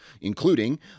including